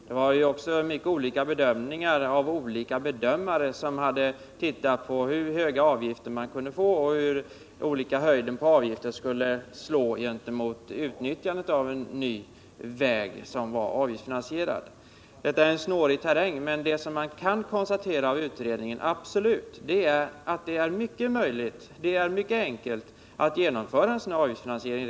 Det gjordes också mycket olika bedömningar av de personer som försökte beräkna hur avgiftens storlek skulle påverka utnyttjandet av en ny, Detta är en snårig terräng. Men en slutsats som man absolut kan dra av utredningen är att det är fullt möjligt och mycket enkelt, rent tekniskt, att genomföra en avgiftsfinansiering.